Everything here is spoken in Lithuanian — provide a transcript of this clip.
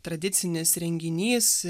tradicinis renginys